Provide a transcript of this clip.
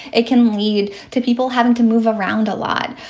it can lead to people having to move around a lot.